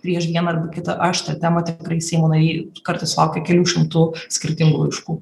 prieš vieną kitą aštrią temą tikrai seimo nariai kartais sulaukia kelių šimtų skirtingų laiškų